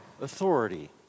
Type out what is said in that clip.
authority